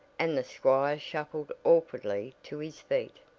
and the squire shuffled awkwardly to his feet.